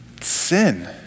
sin